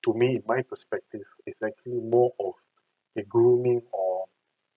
to me my perspective is actually more of the grooming or